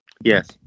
Yes